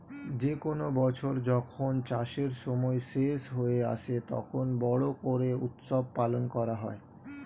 যে কোনো বছর যখন চাষের সময় শেষ হয়ে আসে, তখন বড়ো করে উৎসব পালন করা হয়